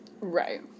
Right